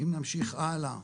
אם נמשיך הלאה,